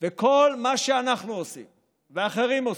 וכל מה שאנחנו עושים ואחרים עושים,